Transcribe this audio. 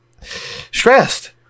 stressed